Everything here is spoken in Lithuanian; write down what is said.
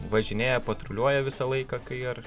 važinėja patruliuoja visą laiką kai ar